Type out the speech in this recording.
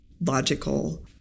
logical